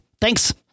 thanks